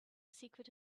secret